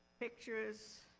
pictures,